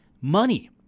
Money